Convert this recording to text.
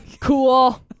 Cool